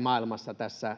maailmassa